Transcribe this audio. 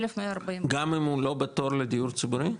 1,140. גם, אם הוא לא בתור לדיור ציבורי?